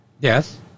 Yes